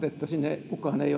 että sinne ei